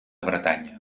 bretanya